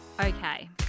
Okay